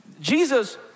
Jesus